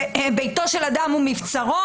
שביתו של אדם הוא מבצרו,